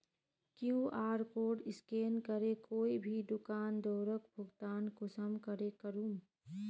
QR code scan करे कोई भी दुकानदारोक भुगतान कुंसम करे करूम?